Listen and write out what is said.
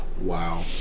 Wow